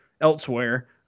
elsewhere